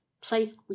place